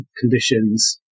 conditions